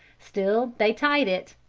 still they tied it,